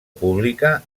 pública